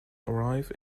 arrive